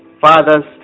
fathers